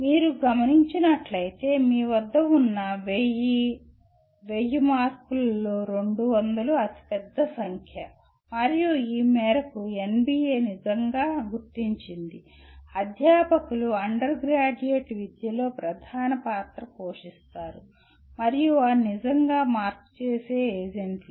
మీరు గమనించినట్లైతే మీ వద్ద ఉన్న 1000 1000 మార్కులలో 200 అతిపెద్ద సంఖ్య మరియు ఈ మేరకు ఎన్బిఎ నిజంగా గుర్తించింది అధ్యాపకులు అండర్ గ్రాడ్యుయేట్ విద్యలో ప్రధాన పాత్ర పోషిస్తారు మరియు వారు నిజంగా మార్పు చేసే ఏజెంట్లు